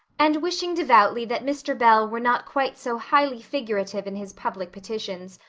and wishing devoutly that mr. bell were not quite so highly figurative in his public petitions,